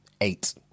eight